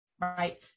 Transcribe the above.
right